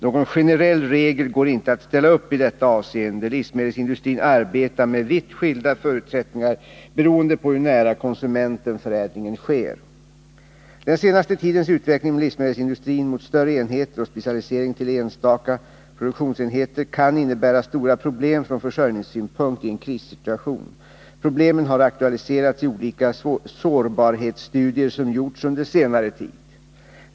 Någon generell regel går inte att ställa upp i detta avseende. Livsmedelsindustrin arbetar med vitt skilda förutsättningar beroende på hur nära konsumenten förädlingen sker. Den senaste tidens utveckling inom livsmedelsindustrin mot större enheter och specialisering till enstaka produktionsenheter kan innebära stora problem från försörjningssynpunkt i en krissituation. Problemen har aktualiserats i olika sårbarhetsstudier som gjorts under senare tid.